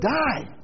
die